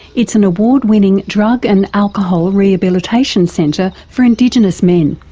it's an award-winning drug and alcohol rehabilitation centre for indigenous men.